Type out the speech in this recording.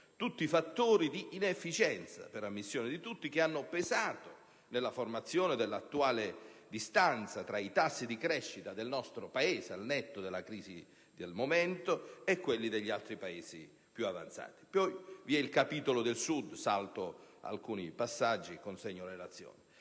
tutti fattori di inefficienza, per ammissione di tutti, che hanno pesato nella formazione dell'attuale distanza tra i tassi di crescita del nostro Paese al netto della crisi del momento e quelli degli altri Paesi più avanzati. Vi è poi il capitolo del Sud e il connesso tema